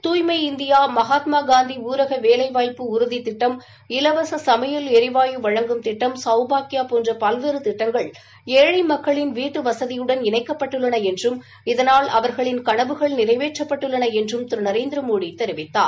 துய்மை இந்தியா மகாத்மாகாந்தி ஊரக வேலைவாய்ப்பு திட்டம் இலவச சமையல் ளரிவாயு வழங்கும் திட்டம் சௌபாக்கியா போன்ற பல்வேறு திட்டங்கள் ஏழை மக்களின் வீட்டு வசதியுடன் இணைக்கப்பட்டுள்ளன என்றும் இதனால் அவர்களின் கனவுகள் நிறைவேற்றப்பட்டுள்ளன என்றும் திரு நரேந்திரமோடி தெரிவித்தார்